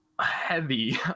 heavy